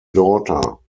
daughter